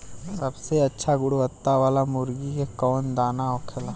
सबसे अच्छा गुणवत्ता वाला मुर्गी के कौन दाना होखेला?